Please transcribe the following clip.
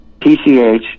pch